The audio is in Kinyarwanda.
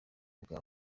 bwa